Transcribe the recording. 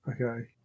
Okay